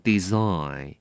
Design